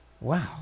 Wow